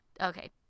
Okay